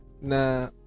na